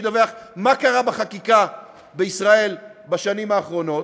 שידווח מה קרה בחקיקה בישראל בשנים האחרונות,